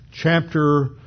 chapter